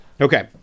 Okay